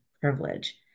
privilege